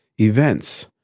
events